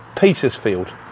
Petersfield